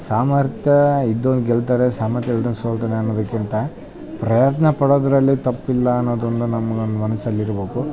ಸಾಮರ್ಥ್ಯ ಇದ್ದವ್ನು ಗೆಲ್ತಾರೆ ಸಾಮರ್ಥ್ಯ ಇಲ್ದೊನು ಸೋಲ್ತಾನೆ ಅನ್ನೋದಕ್ಕಿಂತ ಪ್ರಯತ್ನ ಪಡೋದರಲ್ಲಿ ತಪ್ಪಿಲ್ಲ ಅನ್ನೋದೊಂದು ನಮ್ಗೆ ಒಂದು ಮನ್ಸಲ್ಲಿ ಇರಬೇಕು